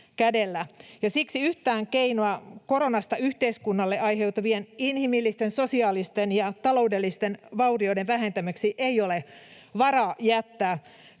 siksi yhtään keinoa koronasta yhteiskunnalle aiheutuvien inhimillisten, sosiaalisten ja taloudellisten vaurioiden vähentämiseksi ei ole varaa jättää